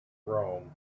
rome